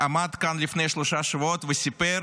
עמד כאן לפני שלושה שבועות וסיפר